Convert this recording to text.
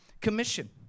Commission